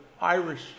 Irish